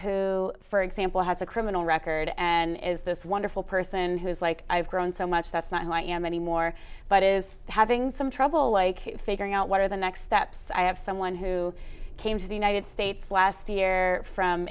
who for example has a criminal record and is this wonderful person who's like i've grown so much that's not who i am anymore but is having some trouble like figuring out what are the next steps i have someone who came to the united states last year from